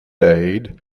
aid